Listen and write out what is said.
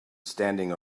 standing